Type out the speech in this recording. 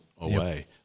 away